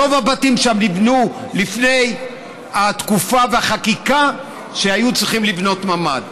רוב הבתים שם נבנו לפני התקופה והחקיקה שהיו צריכים לבנות ממ"ד.